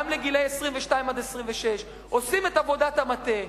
גם לגילאי 22 26. עושים את עבודת המטה,